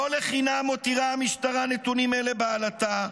לא לחינם מותירה המשטרה נתונים אלה בעלטה,